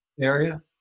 area